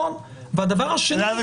אבל אז יש